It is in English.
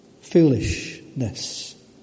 foolishness